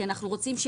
כי אנו רוצים,